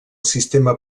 sistema